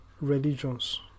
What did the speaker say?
religions